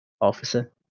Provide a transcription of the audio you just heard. officer